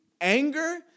anger